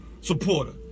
supporter